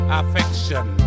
affection